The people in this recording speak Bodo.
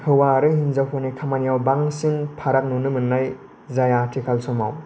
हौवा आरो हेन्जावफोरनि खामानियाव बांसिन फारग नुनो मोननाय जाया आथिखाल समाव